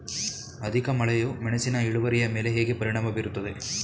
ಅಧಿಕ ಮಳೆಯು ಮೆಣಸಿನ ಇಳುವರಿಯ ಮೇಲೆ ಹೇಗೆ ಪರಿಣಾಮ ಬೀರುತ್ತದೆ?